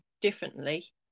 differently